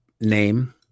name